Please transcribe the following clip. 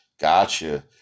Gotcha